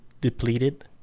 depleted